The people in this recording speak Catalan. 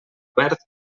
obert